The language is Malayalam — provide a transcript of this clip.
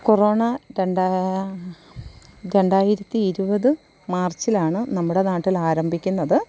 കൊറോണ രണ്ടാ രണ്ടായിരത്തി ഇരുപത് മാർച്ചിലാണ് നമ്മുടെ നാട്ടിൽ ആരംഭിക്കുന്നത്